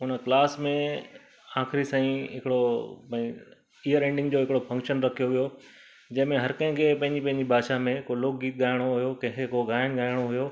उन क्लास में आखिरी ताईं हिकिड़ो भई ईअर एंडिंग जो हिकिड़ो फंक्शन रखियो हुयो जंहिंमें हर कंहिंखे पंहिंजी पंहिंजी भाषा में हिकु लोक गीत गाइणो हुयो की हे को गायनि गाइणो हुयो